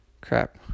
Crap